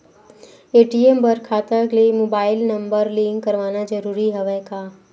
ATM बर खाता ले मुबाइल नम्बर लिंक करवाना ज़रूरी हवय का?